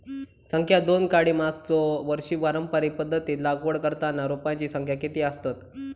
संख्या दोन काडी मागचो वर्षी पारंपरिक पध्दतीत लागवड करताना रोपांची संख्या किती आसतत?